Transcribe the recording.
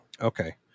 Okay